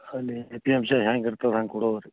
ಅಲ್ಲಿ ಹೆಚ್ಚಿನಂಶ ಹ್ಯಾಗ್ ಇರ್ತವೆ ಹಾಗ್ ಕೊಡೋ ಬರ್ರಿ